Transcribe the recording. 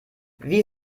wie